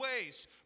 ways